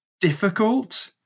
difficult